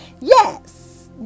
Yes